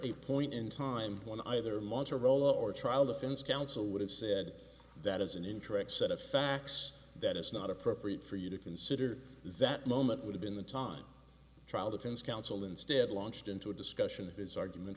a point in time when either monster role or trial the fence counsel would have said that is an interesting set of facts that it's not appropriate for you to consider that moment would have been the time trial defense counsel instead launched into a discussion of his argument